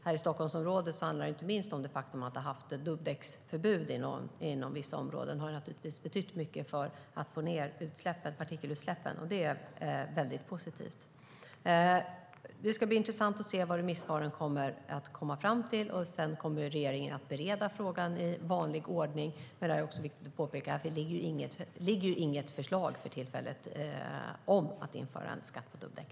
Här i Stockholmsområdet handlar det inte minst om det faktum att vi har haft ett dubbdäcksförbud för vissa områden, vilket naturligtvis har betytt mycket för att få ned partikelutsläppen. Det är väldigt positivt. Det ska bli intressant att se vad remissvaren blir, och sedan kommer regeringen att bereda frågan i vanlig ordning. Det är dock viktigt att påpeka att det för tillfället inte ligger något förslag om att införa en skatt på dubbdäck.